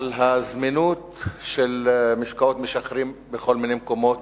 על הזמינות של משקאות משכרים בכל מיני מקומות,